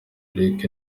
eric